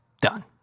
done